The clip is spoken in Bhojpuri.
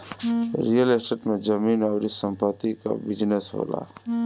रियल स्टेट में जमीन अउरी संपत्ति कअ बिजनेस होला